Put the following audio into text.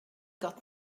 gôt